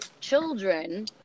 children